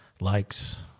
likes